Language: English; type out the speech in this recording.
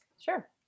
sure